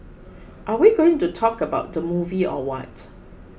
are we going to talk about the movie or what